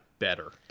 better